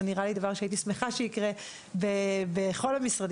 זה נראה לי דבר שהייתי שמחה שיקרה בכל המשרדים